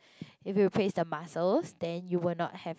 if you replace the muscles then you will not have